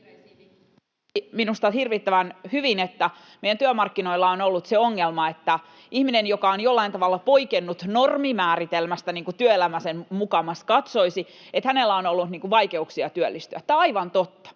minusta hirvittävän hyvin, että meidän työmarkkinoillamme on ollut ongelmana ihminen, joka on jollain tavalla poikennut normimääritelmästä, niin kuin työelämä sen mukamas katsoisi, että hänellä on ollut vaikeuksia työllistyä. Tämä on aivan totta.